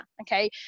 okay